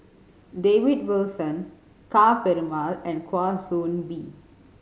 David Wilson Ka Perumal and Kwa Soon Bee